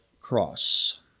cross